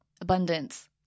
abundance